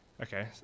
Okay